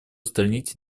устранить